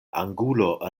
angulo